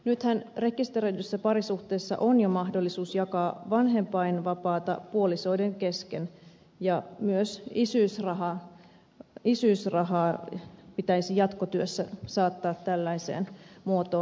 nythän rekisteröidyssä parisuhteessa on jo mahdollisuus jakaa vanhempainvapaata puolisoiden kesken ja myös isyysrahaa pitäisi jatkotyössä saattaa tällaiseen muotoon